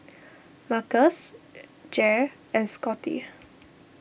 Marcus Jair and Scotty